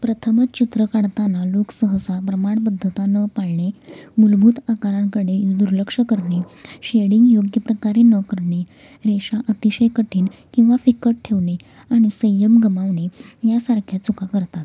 प्रथमच चित्र काढताना लोक सहसा प्रमाणबद्धता न पाळणे मूलभूत आकारांकडे दुर्लक्ष करणे शेडिंग योग्य प्रकारे न करणे रेषा अतिशय कठीण किंवा फिकट ठेवणे आणि संयम गमावणे यासारख्या चुका करतात